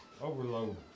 Overload